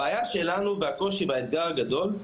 הבעיה שלנו, והקושי באתגר הגדול,